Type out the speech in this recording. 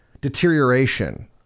Deterioration